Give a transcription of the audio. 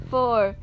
Four